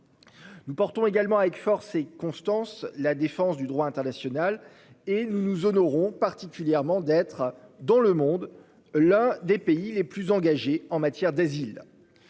Nous portons également avec force et Constance la défense du droit international et nous nous honorons particulièrement d'être dans le monde. L'un des pays les plus engagés en matière d'asile.